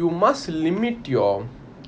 you must limit your